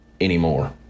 anymore